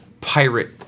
pirate